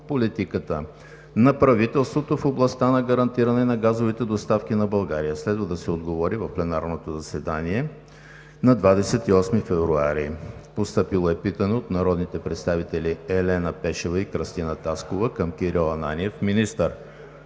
на правителството в областта на гарантиране на газовите доставки на България. Следва да се отговори в пленарното заседание на 28 февруари 2020 г.; - народните представители Елена Пешева и Кръстина Таскова към Кирил Ананиев – министър